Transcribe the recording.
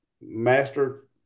master